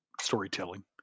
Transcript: storytelling